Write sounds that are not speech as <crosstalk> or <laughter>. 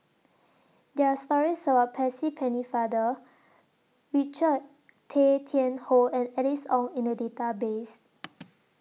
There Are stories about Percy Pennefather Richard Tay Tian Hoe and Alice Ong in The Database <noise>